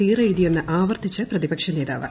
തീറെഴുതിയെന്ന് ആവർത്തിച്ച് പ്രതിപക്ഷ നേതാവ്